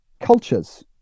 cultures